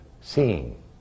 seeing